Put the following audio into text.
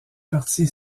partie